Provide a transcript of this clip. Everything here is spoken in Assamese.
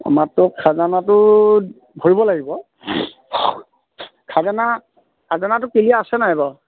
মাত্ৰ খাজানাটো ভৰিব লাগিব খাজানা খাজানাটো ক্লিয়াৰ আছে নাই বাৰু